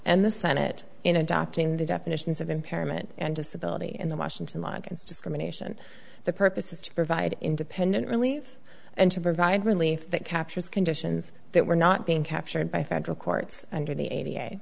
and the senate in adopting the definitions of impairment and disability in the washington law against discrimination the purpose is to provide independent relief and to provide relief that captures conditions that were not being captured by federal courts under the